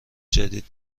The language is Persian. جدید